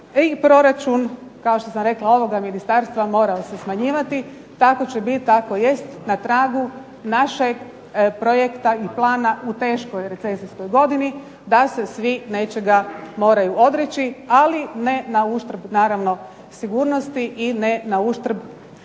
i proračun kao što sam rekla ovoga ministarstva morao se smanjivati. Tako će biti, tako jest na tragu našeg projekta i plana u teškoj recesijskoj godini, da se svi nečega moraju odreći, ali ne naravno na uštrb sigurnosti i ne na uštrb